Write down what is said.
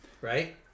right